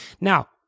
Now